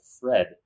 Fred